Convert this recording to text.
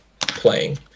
playing